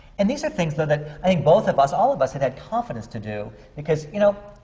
and these are things, though, that i think both of us all of us had had confidence to do. because you know,